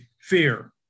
fear